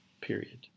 Period